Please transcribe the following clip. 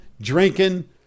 drinking